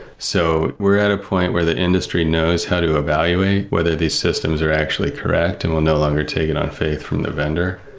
so we're at a point where the industry knows how to evaluate whether these systems are actually correct and will no longer take it on faith from the vendor.